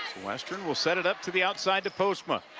western will set it up to the outside to postma.